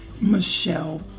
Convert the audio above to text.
Michelle